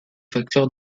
facteur